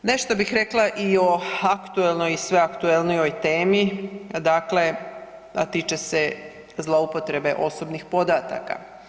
Nešto bih rekla i o aktuelnoj i sve aktuelnijoj temi, dakle a tiče se zloupotrebe osobnih podataka.